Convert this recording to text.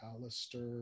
Alistair